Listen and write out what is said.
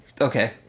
okay